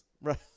Right